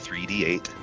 3d8